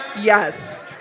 Yes